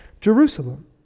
Jerusalem